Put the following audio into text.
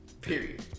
Period